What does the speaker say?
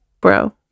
bro